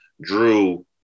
drew